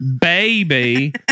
Baby